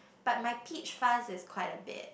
but my peach fuzz is quite a bit